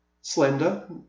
slender